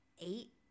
eight